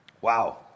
Wow